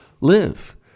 live